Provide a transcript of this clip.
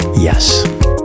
yes